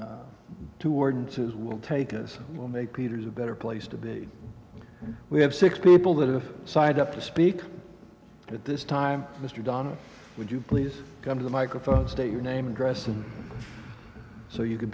these two ordinances will take us will make peter's a better place to be we have six people that have signed up to speak at this time mr donohue would you please come to the microphone and state your name address and so you can